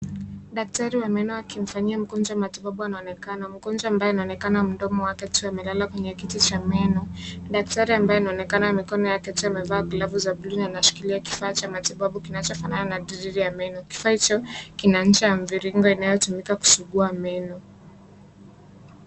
Daktari wa meno akimfanyia mgonjwa matibabu anaonekana. Mgonjwa ambaye anaonekana mdomo wake tu amelala kwenye kiti cha meno. Daktari ambaye anaonekana mikono yake tu amevaa glavu za bluu na anashikilia kifaa cha matibabu kinachofanana na drilli ya meno. Kifaa hicho kina ncha ya mviringo inayotumika kusugua meno.